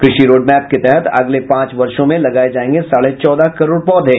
कृषि रोडमैप के तहत अगले पांच वर्षों में लगाये जायेंगे साढ़े चौदह करोड़ पौधे